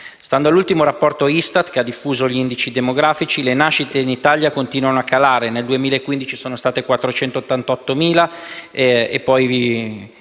Stando all'ultimo rapporto ISTAT, che ha diffuso gli indici demografici, le nascite in Italia continuano a calare: nel 2015 sono state 488.000.